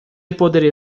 poderia